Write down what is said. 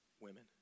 Women